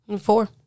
Four